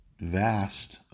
vast